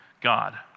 God